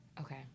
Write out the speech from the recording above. Okay